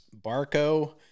Barco